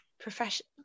Profession